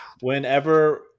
whenever